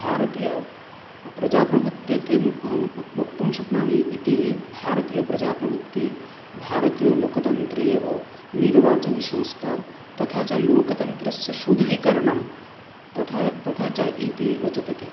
भारतीय प्रजाप्रभुत्थितम् अहं वक्तुं शक्नोमि इति भारतीय प्रजाप्रभुत्त्यै भारतीय लोकतन्त्र्यौ निर्वाचन संस्कारः तथा लोकतन्त्रस्य शुद्धीकरणं तथा च इति रोचते